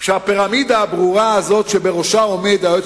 שהפירמידה הברורה הזאת שבראשה עומד היועץ